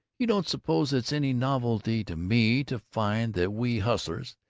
you don't suppose it's any novelty to me to find that we hustlers,